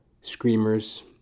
Screamers